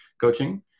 coaching